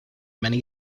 many